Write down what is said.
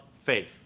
faith